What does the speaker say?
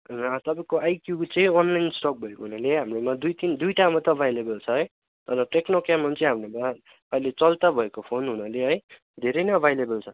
ला तपाईँको आइक्यू चाहिँ अनलाइन स्टप भएको हुनाले हाम्रोमा दुई तिन दुइटा मात्रै एभाइलेबल छ तर टेक्नो क्यामोन चाहिँ हाम्रोमा अहिले चलता भएको फोन हुनाले धेरै नै एभाइलेबल छ